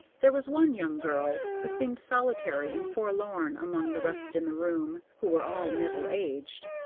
there was one young girl who seemed solitary and forlorn among the rest in the room, who were all middle-aged.